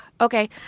okay